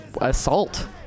assault